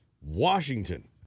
Washington